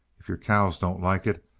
if your cows don't like it,